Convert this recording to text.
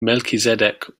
melchizedek